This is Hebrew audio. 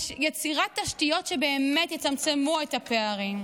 יצירת תשתיות שבאמת יצמצמו את הפערים.